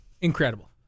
Incredible